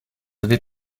avez